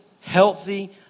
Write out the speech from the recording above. healthy